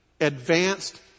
advanced